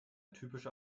typische